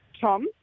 Tom